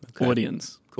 audience